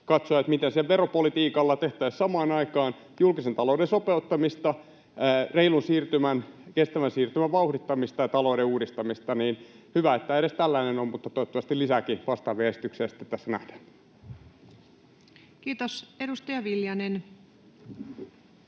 katsoa, miten sillä veropolitiikalla tehtäisiin samaan aikaan julkisen talouden sopeuttamista, reilun siirtymän, kestävän siirtymän vauhdittamista ja talouden uudistamista. On hyvä, että edes tällainen on, mutta toivottavasti sitten lisääkin vastaavia esityksiä tässä nähdään. [Speech 79] Speaker: